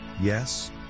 yes